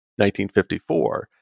1954